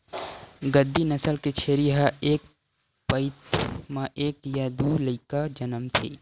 गद्दी नसल के छेरी ह एक पइत म एक य दू लइका जनमथे